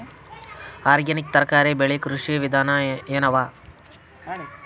Organic ತರಕಾರಿ ಬೆಳಿ ಕೃಷಿ ವಿಧಾನ ಎನವ?